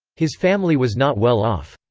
his family was not well off.